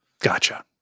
Gotcha